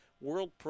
world